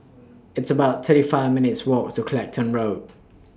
It's about thirty five minutes' Walk to Clacton Road